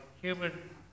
human